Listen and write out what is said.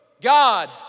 God